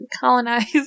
colonized